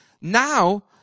now